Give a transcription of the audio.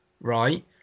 right